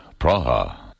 Praha